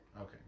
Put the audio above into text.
Okay